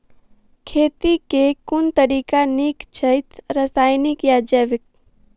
खेती केँ के तरीका नीक छथि, रासायनिक या जैविक?